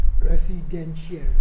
residential